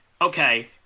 okay